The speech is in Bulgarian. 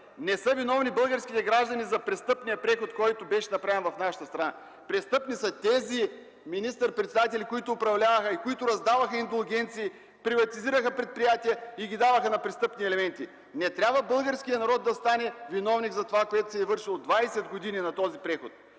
Не са виновни българските граждани за престъпния преход, който беше направен в нашата страна. Престъпни са тези министър-председатели, които управляваха и които раздаваха индулгенции, приватизираха предприятия и ги даваха на престъпни елементи. Не трябва българският народ да стане виновник за това, което се е вършило 20 години на този преход.